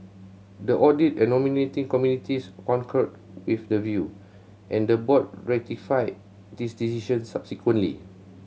the audit and nominating committees concurred with the view and the board ratified this decision subsequently